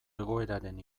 egoeraren